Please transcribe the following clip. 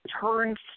turns